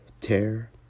tear